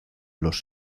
los